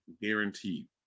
guaranteed